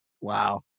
Wow